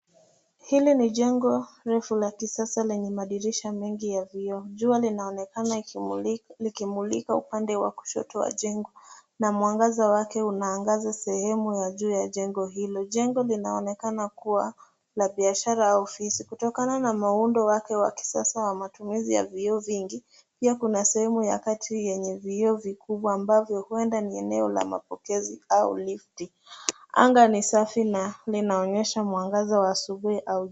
Hili ni jengo refu la kisasa lenye madirisha mengi ya vioo. Jua linaonekana likimulika upande wa kushoto wa jengo, na mwangaza wake unaangaza sehemu ya juu ya jengo hilo. Jengo linaonekana kuwa la biashara au ofisi, kutokana na muundo wake wa kisasa na matumizi mengi ya vioo. Kuna sehemu ya chini ya jengo inayoonyesha maingilio ambayo huenda yanaelekea eneo la mapokezi au lifti. Anga ni safi na linaonyesha mwangaza wa asubuhi au jioni.